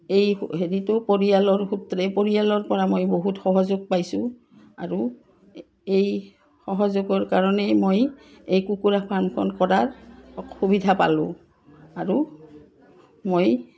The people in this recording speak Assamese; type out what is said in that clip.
এই হেৰিটো পৰিয়ালৰ সূত্ৰে পৰিয়ালৰপৰা মই বহুত সহযোগ পাইছোঁ আৰু এই সহযোগৰ কাৰণেই মই এই কুকুৰা ফাৰ্মখন কৰাৰ সুবিধা পালোঁ আৰু মই